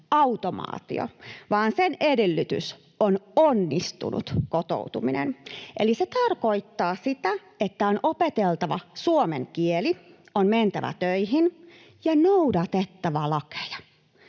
automaatio, vaan sen edellytys on onnistunut kotoutuminen. Eli se tarkoittaa sitä, että on opeteltava suomen kieli, on mentävä töihin ja noudatettava lakeja.